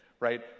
right